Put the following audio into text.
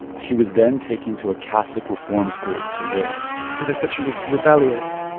she was then taken to a catholic reform school to live because they said she was rebellious,